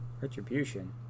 retribution